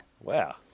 Wow